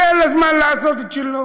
תן לזמן לעשות את שלו,